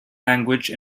language